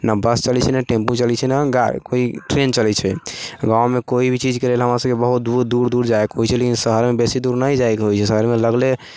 नहि बस चलै छै नहि टेम्पू चलै छै नहि कोइ ट्रेन चलै छै गाँवमे कोइ भी चीजके लेल हमर सबके बहुत दूर दूर दूर जाइके होइ छै लेकिन शहरमे बेसी दूर नहि जाइके होइ छै शहरमे लगले